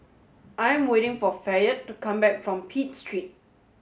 I am waiting for Fayette to come back from Pitt Street